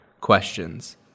questions